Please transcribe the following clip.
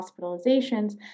hospitalizations